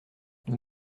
nous